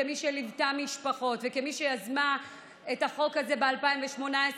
כמי שליוותה משפחות וכמי שיזמה את החוק הזה ב-2018,